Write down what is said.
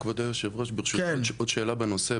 כבוד יושב הראש ברשותך, עוד שאלה בנושא.